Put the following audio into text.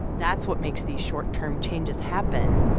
that's what makes these short-term changes happen.